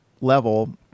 level